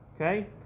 Okay